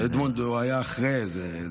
אדמונד היה אחרי זה.